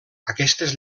aquestes